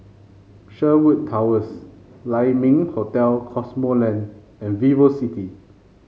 Sherwood Towers Lai Ming Hotel Cosmoland and VivoCity